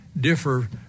differ